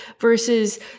versus